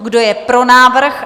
Kdo je pro návrh?